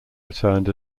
returned